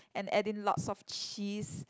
and add in lots of cheese